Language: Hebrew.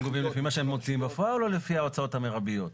גובים לפי מה שהם מוציאים בפועל או לפי ההוצאות המרביות?